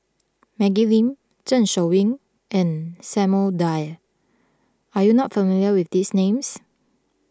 Maggie Lim Zeng Shouyin and Samuel Dyer are you not familiar with these names